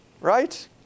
right